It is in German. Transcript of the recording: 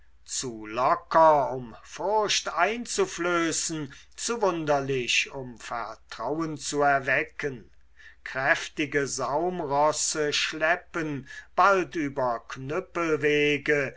zu locker um furcht einzuflößen zu wunderlich um vertrauen zu erwecken kräftige saumrosse schleppen bald über